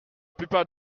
plupart